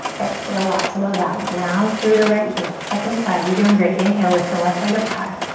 exhale lots of love out. ground through the right heel. second side, you're doing great. inhale, lift the left leg up high.